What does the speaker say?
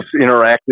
interactive